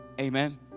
Amen